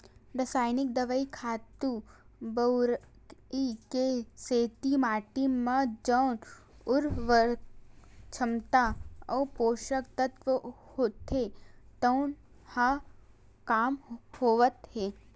रसइनिक दवई, खातू बउरई के सेती माटी म जउन उरवरक छमता अउ पोसक तत्व होथे तउन ह कम होवत हे